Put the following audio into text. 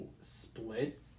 split